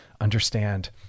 Understand